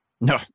No